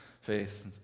face